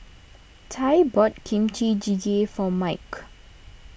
Tye bought Kimchi Jjigae for Mike